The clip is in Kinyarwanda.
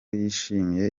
yishimiye